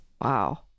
Wow